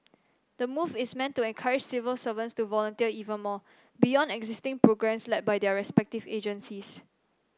the move is meant to encourage civil servants to volunteer even more beyond existing programmes led by their respective agencies